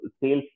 sales